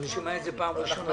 שומע את זה פעם ראשונה.